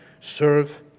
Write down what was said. serve